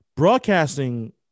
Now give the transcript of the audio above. Broadcasting